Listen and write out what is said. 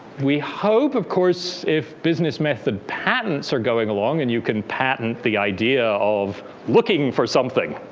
we hope, of course, if business method patents are going along, and you can patent the idea of looking for something.